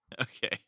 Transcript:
Okay